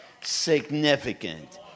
significant